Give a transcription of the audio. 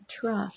trust